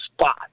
spot